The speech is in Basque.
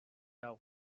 hau